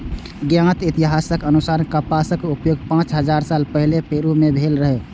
ज्ञात इतिहासक अनुसार कपासक उपयोग पांच हजार साल पहिने पेरु मे भेल रहै